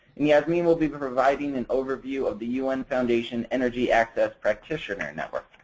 and yeah i mean will be providing an overview of the un foundation energy access practitioner network.